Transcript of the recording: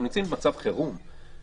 נמצאים במצב חירום.